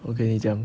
我跟你讲